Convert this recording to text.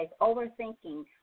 overthinking